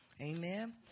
Amen